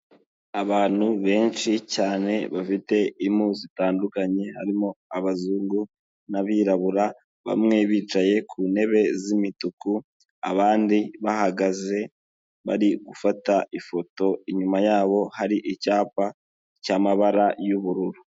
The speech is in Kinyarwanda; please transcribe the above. Abantu benshi cyane bafite impu zitandukanye harimo abazungu n'abirabura, bamwe bicaye ku ntebe z'imituku abandi bahagaze bari gufata ifoto, inyuma yabo hari icyapa cy'amabara y'ubururu.